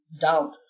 doubt